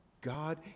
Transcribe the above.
God